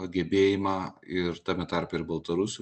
gebėjimą ir tame tarpe ir baltarusių